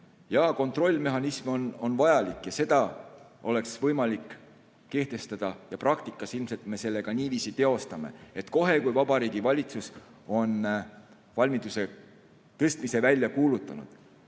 Ja kontrollmehhanism on vajalik ja seda oleks võimalik kehtestada ja praktikas ilmselt me selle ka niiviisi teostame, et kohe, kui Vabariigi Valitsus on valmiduse tõstmise välja kuulutanud